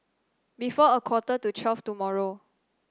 before a quarter to twelve tomorrow